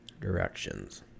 Directions